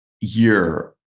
year